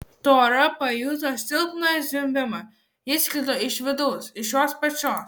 tora pajuto silpną zvimbimą jis sklido iš vidaus iš jos pačios